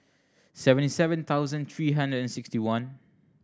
seventy seven thousand three hundred and sixty one